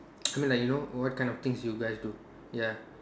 I mean like you know what kind of thing do you guys do ya